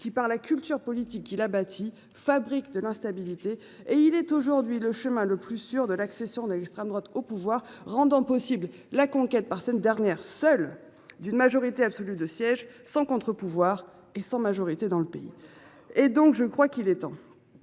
qui, par la culture politique qu’il a bâtie, fabrique de l’instabilité. Il est de plus aujourd’hui le chemin le plus sûr de l’accession de l’extrême droite au pouvoir, rendant possible la conquête par cette dernière seule d’une majorité absolue de sièges, sans contre pouvoir et sans majorité dans le pays. Drôle de paradoxe ! Il est donc